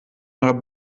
nach